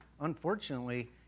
unfortunately